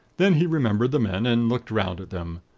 then he remembered the men, and looked round at them.